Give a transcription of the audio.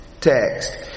text